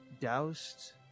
doused